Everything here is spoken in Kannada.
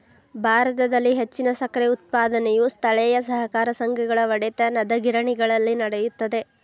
ಭಾರತದಲ್ಲಿ ಹೆಚ್ಚಿನ ಸಕ್ಕರೆ ಉತ್ಪಾದನೆಯು ಸ್ಥಳೇಯ ಸಹಕಾರ ಸಂಘಗಳ ಒಡೆತನದಗಿರಣಿಗಳಲ್ಲಿ ನಡೆಯುತ್ತದೆ